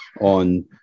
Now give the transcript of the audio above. on